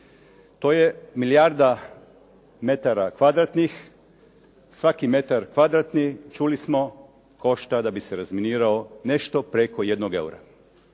to je milijarda metara kvadratnih, svaki metar kvadratni čuli smo košta da bi se razminirao nešto preko jednog eura.